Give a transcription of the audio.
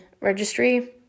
registry